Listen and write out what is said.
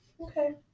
Okay